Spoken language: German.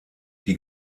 die